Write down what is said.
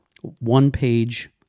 one-page